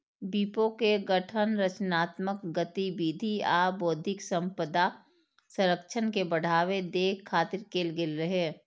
विपो के गठन रचनात्मक गतिविधि आ बौद्धिक संपदा संरक्षण के बढ़ावा दै खातिर कैल गेल रहै